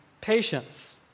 patience